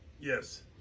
Yes